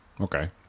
Okay